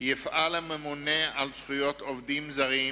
יפעל הממונה על זכויות עובדים זרים